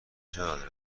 چقدر